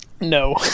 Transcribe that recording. No